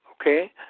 Okay